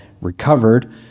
recovered